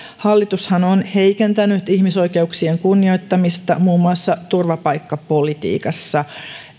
hallitushan on heikentänyt ihmisoikeuksien kunnioittamista muun muassa turvapaikkapolitiikassa